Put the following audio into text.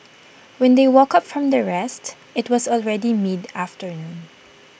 when they woke up from their rest IT was already mid afternoon